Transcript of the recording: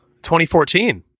2014